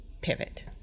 pivot